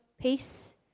peace